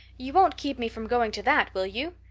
you won't keep me from going to that, will you?